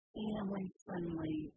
family-friendly